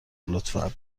لطفا